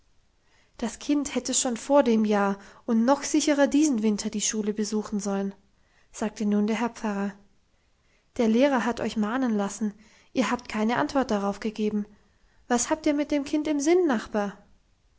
das kind hätte schon vor dem jahr und noch sicherer diesen winter die schule besuchen sollen sagte nun der herr pfarrer der lehrer hat euch mahnen lassen ihr habt keine antwort darauf gegeben was habt ihr mit dem kind im sinn nachbar